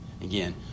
Again